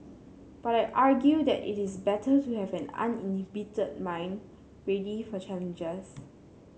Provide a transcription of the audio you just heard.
but I argue that it is better to have an uninhibited mind ready for challenges